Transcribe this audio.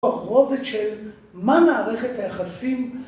ברובד של מה מערכת היחסים